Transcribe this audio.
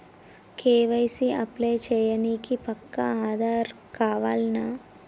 KYC apply చేయనీకి పక్కా ఆధార్ కావాల్నా?